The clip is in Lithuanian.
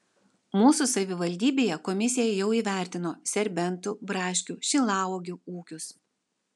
mūsų savivaldybėje komisija jau įvertino serbentų braškių šilauogių ūkius